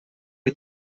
mit